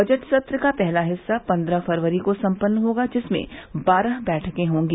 budget सत्र का पहला हिस्सा पन्द्रह फरवरी को सम्पन्न होगा जिसमें बारह बैठकें होंगी